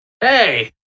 Hey